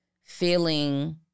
feeling